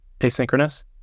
asynchronous